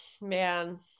Man